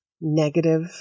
negative